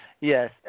Yes